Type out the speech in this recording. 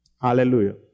Hallelujah